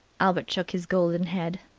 albert shook his golden head.